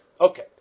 Okay